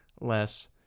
less